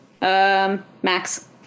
Max